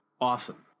awesome